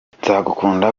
nzagukunda